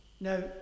Now